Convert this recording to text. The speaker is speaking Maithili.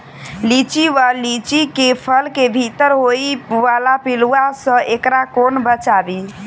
लिच्ची वा लीची केँ फल केँ भीतर होइ वला पिलुआ सऽ एकरा कोना बचाबी?